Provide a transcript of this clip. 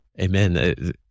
Amen